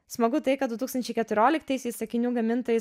smagu tai kad du tūkstančiai keturioliktaisiais akinių gamintojai